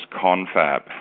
Confab